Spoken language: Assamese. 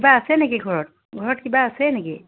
কিবা আছে নেকি ঘৰত ঘৰত কিবা আছে নেকি